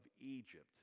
Egypt